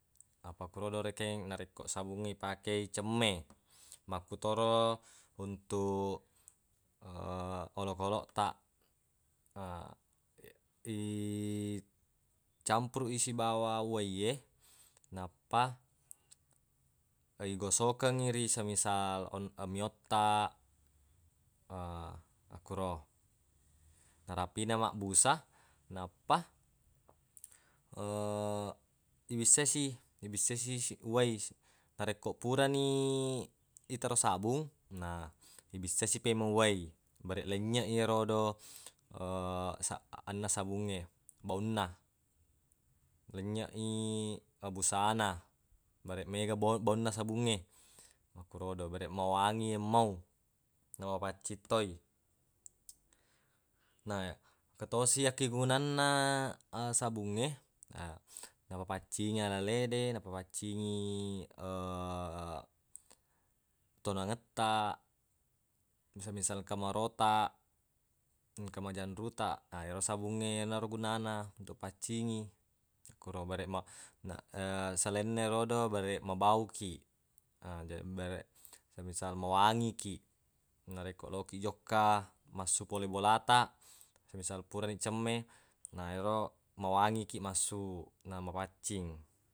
Appakkerodo rekeng narekko sabungnge ipakei cemme makkutoro untuq olokoloq taq ha icampuruq i sibawa uwaiye nappa igosokengngi ri semisal on- meong taq makkuro narapina mabbusa nappa ibissai si ibissai si uwai narekko purani itaro sabung na ibissai si pemeng uwai bareq lenynyeq i yerodo sa- anunna sabungnge baunna lenynyeq i busana bareq mega bo- baunna sabungnge makkurodo bareq mawangi yemmau namafaccing toi na ketosi akkegunanna sabungnge na namapaccingi alale namapaccingi tonangettaq misal-misal engka marotaq engka majanrutaq ero sabungnge yenaro gunana topaccingi makkuro bareq na- selainna ero bareq mabau kiq na bareq semisal mawangi kiq narekko lokiq jokka massu pole bola taq semisal purani cemme na ero mawangi kiq massu namafaccing.